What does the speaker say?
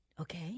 Okay